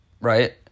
right